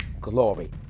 glory